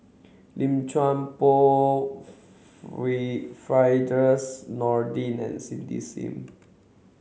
Lim Chuan Poh Firdaus Nordin and Cindy Sim